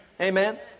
Amen